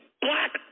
black